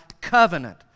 covenant